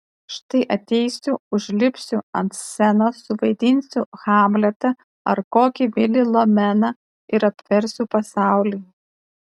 štai ateisiu užlipsiu ant scenos suvaidinsiu hamletą ar kokį vilį lomeną ir apversiu pasaulį